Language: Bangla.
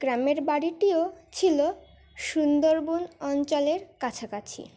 গ্রামের বাড়িটিও ছিল সুন্দরবন অঞ্চলের কাছাকাছি